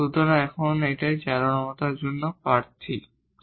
সুতরাং এরা এখন এক্সট্রিমা এর জন্য ক্যান্ডিডেড